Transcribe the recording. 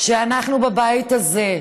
שאנחנו בבית הזה,